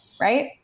right